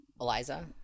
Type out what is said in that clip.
eliza